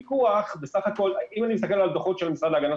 אם אני מסתכל על הדוחות של המשרד להגנת